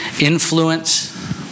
influence